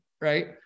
right